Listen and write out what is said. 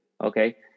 Okay